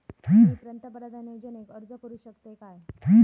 मी पंतप्रधान योजनेक अर्ज करू शकतय काय?